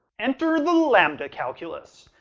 enter the lambda calculus!